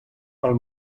pel